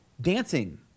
dancing